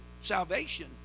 salvation